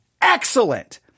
excellent